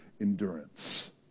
endurance